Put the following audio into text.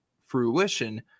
fruition